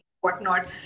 whatnot